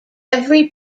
every